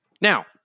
Now